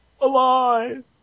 Alive